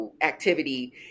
activity